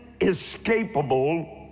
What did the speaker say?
inescapable